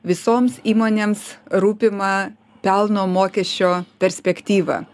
visoms įmonėms rūpimą pelno mokesčio perspektyvą